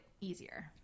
easier